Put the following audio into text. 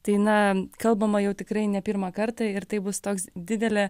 tai na kalbama jau tikrai ne pirmą kartą ir tai bus toks didelė